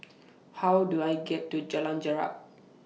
How Do I get to Jalan Jarak